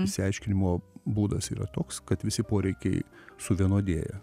išsiaiškinimo būdas yra toks kad visi poreikiai suvienodėja